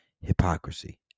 Hypocrisy